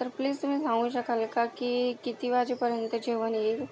तर प्लीज तुम्ही सांगू शकाल का की किती वाजेपर्यंत जेवण येईल